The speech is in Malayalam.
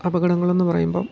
അപകടങ്ങൾ എന്നു പറയുമ്പം